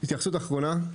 התייחסות אחרונה?